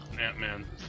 Ant-Man